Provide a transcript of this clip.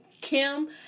Kim